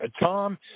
Tom